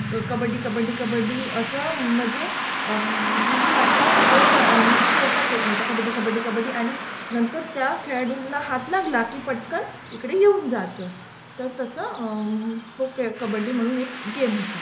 क कबड्डी कबड्डी कबड्डी असं म्हणजे बिलकुल आपला जोर काढ म्हणजे सोडताच येत नव्हता कबड्डी कबड्डी कबड्डी आणि नंतर त्या खेळाडूला हात लागला की पटकन इकडे येऊन जायचं तर तसं क कबड्डी म्हणून एक गेम होता